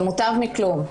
זה מוטב מכלום,